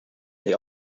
they